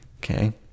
okay